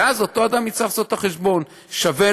ואז אותו אדם יצטרך לעשות את החשבון אם שווה